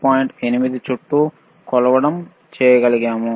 8 చుట్టూ కొలవడం చేయగలిగాము